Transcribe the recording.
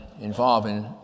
involving